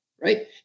right